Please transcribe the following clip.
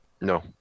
No